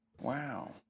Wow